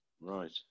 Right